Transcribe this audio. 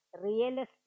realistic